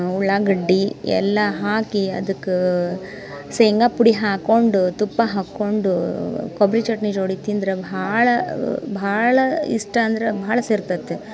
ಉಳ್ಳಾಗಡ್ಡಿ ಎಲ್ಲ ಹಾಕಿ ಅದಕ್ಕೆ ಶೇಂಗ ಪುಡಿ ಹಾಕ್ಕೊಂಡು ತುಪ್ಪ ಹಾಕ್ಕೊಂಡು ಕೊಬ್ಬರಿ ಚಟ್ನಿ ಜೋಡಿ ತಿಂದ್ರೆ ಭಾಳ ಭಾಳ ಇಷ್ಟ ಅಂದ್ರೆ ಭಾಳ ಸೇರ್ತದೆ